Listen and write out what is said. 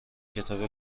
کتاب